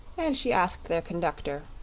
and she asked their conductor